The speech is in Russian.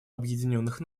объединенных